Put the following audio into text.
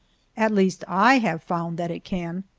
at least, i have found that it can.